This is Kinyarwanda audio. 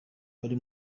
wari